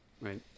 Right